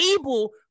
able